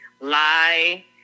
lie